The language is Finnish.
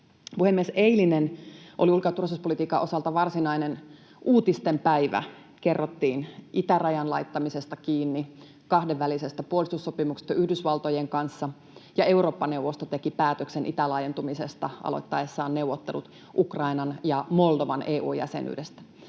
Puhemies! Eilinen oli ulko- ja turvallisuuspolitiikan osalta varsinainen uutisten päivä. Kerrottiin itärajan laittamisesta kiinni ja kahdenvälisestä puolustussopimuksesta Yhdysvaltojen kanssa, ja Eurooppa-neuvosto teki päätöksen itälaajentumisesta aloittaessaan neuvottelut Ukrainan ja Moldovan EU-jäsenyydestä.